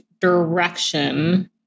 direction